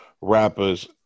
rappers